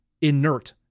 inert